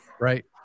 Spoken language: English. right